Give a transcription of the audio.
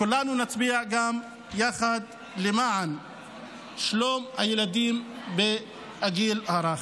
כולנו נצביע גם יחד למען שלום הילדים בגיל הרך.